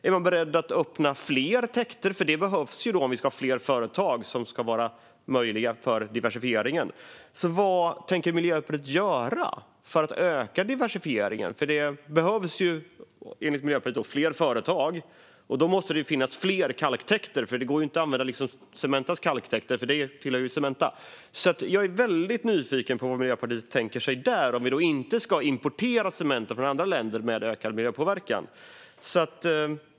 Är man beredd att öppna fler täkter, eftersom det behövs om vi ska ha fler företag för att möjliggöra diversifieringen? Vad tänker alltså Miljöpartiet göra för att öka diversifieringen? Det behövs enligt Miljöpartiet fler företag, och då måste det ju finnas fler kalktäkter. Det går nämligen inte att använda Cementas kalktäkter, för de tillhör ju Cementa. Jag är därför väldigt nyfiken på vad Miljöpartiet tänker sig där om vi nu inte ska importera cementen från andra länder, med ökad miljöpåverkan.